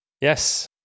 Yes